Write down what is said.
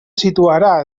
situarà